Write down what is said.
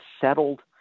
settled